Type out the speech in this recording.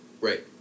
Right